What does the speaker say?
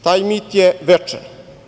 Taj mit je večan.